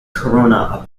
corona